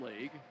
League